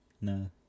No